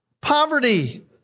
Poverty